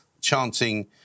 chanting